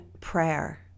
prayer